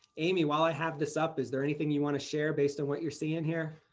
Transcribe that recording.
amy, while i have this up, is there anything you want to share based on what you're seeing here?